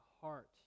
heart